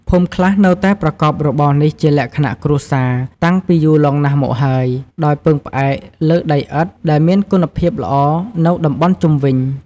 ភូមិខ្លះនៅតែប្រកបរបរនេះជាលក្ខណៈគ្រួសារតាំងពីយូរលង់ណាស់មកហើយ ដោយពឹងផ្អែកលើដីឥដ្ឋដែលមានគុណភាពល្អនៅតំបន់ជុំវិញ។